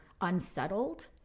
unsettled